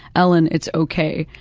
ellen, it's okay.